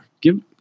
give